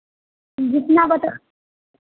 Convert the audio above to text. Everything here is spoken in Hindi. जितना बता